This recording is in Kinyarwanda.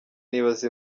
nibaza